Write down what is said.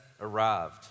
arrived